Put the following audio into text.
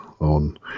on